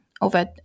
over